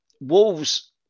Wolves